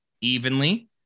evenly